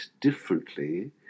differently